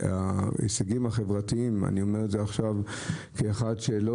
ההישגים החברתיים ואני אומר את זה כאחד שלא